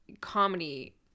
comedy